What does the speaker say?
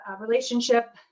relationship